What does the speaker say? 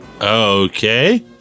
Okay